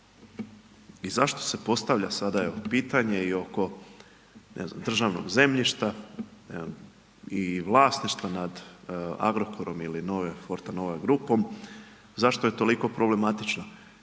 I zašto se postavlja sada evo pitanje i oko ne znam državnog zemljišta i vlasništva nad Agrokorom ili nove Fortenova grupom zašto je toliko problematična.